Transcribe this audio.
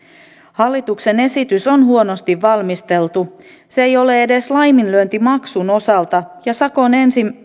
hallituksen esitys on huonosti valmisteltu se ei ole edes laiminlyöntimaksun osalta ja sakon